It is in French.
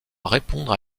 répondre